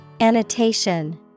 Annotation